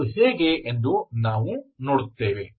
ಅದು ಹೇಗೆ ಎಂದು ನಾವು ನೋಡುತ್ತೇವೆ